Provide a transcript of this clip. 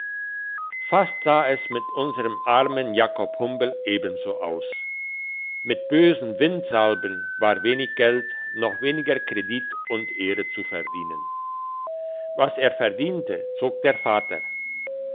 fast sah es mit unserm armen jakob humbel ebenso aus mit bösen wind salben war wenig geld noch weniger kredit und ehre zu verdienen was er verdiente zog der vater